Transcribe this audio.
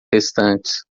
restantes